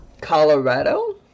Colorado